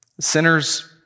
Sinners